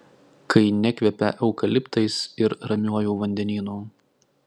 kai nekvepia eukaliptais ir ramiuoju vandenynu